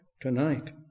tonight